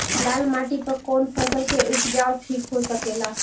लाल माटी पर कौन फसल के उपजाव ठीक हो सकेला?